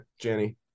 Jenny